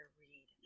read